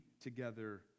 together